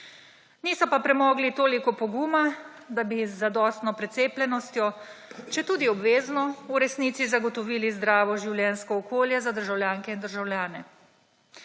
Niso pa premogli toliko poguma, da bi z zadostno precepljenostjo četudi obvezno, v resnici zagotovili zdravo življenjsko okolje za državljanke in državljane.